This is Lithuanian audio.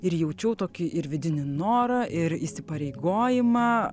ir jaučiau tokį ir vidinį norą ir įsipareigojimą